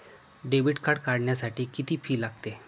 Debit card काढण्यासाठी किती fee लागते?